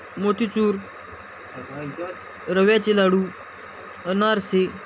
मोतीचूर रव्याचे लाडू अनारसे